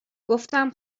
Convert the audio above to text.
گفتم